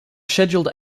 scheduled